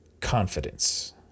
confidence